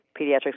Pediatrics